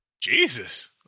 Jesus